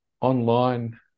online